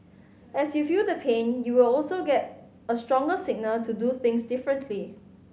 as you feel the pain you will also get a stronger signal to do things differently